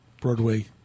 Broadway